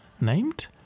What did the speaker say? named